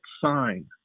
sign